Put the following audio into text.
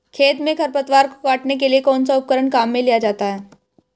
खेत में खरपतवार को काटने के लिए कौनसा उपकरण काम में लिया जाता है?